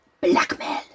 Blackmail